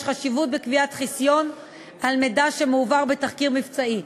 יש חשיבות בקביעת חיסיון על מידע שמועבר בתחקיר מבצעי.